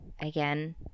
again